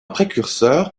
précurseur